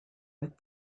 with